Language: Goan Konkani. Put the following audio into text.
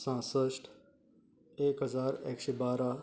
सासष्ट एक हजार एकशें बारा